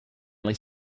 only